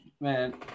man